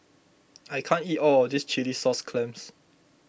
I can't eat all of this Chilli Sauce Clams